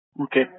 Okay